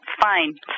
fine